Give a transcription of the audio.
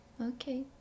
Okay